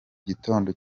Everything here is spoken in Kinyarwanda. gitondo